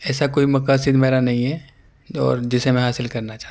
ایسا کوئی مقاصد میرا نہیں ہے اور جسے میں حاصل کرنا چاہتا ہوں